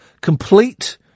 Complete